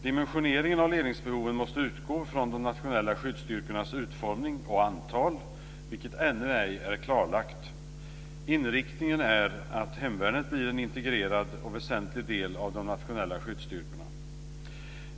Dimensioneringen av ledningsbehoven måste utgå från de nationella skyddsstyrkornas utformning och antal, vilket ännu ej är klarlagt. Inriktningen är att hemvärnet blir en integrerad och väsentligt del av de nationella skyddsstyrkorna.